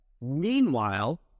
meanwhile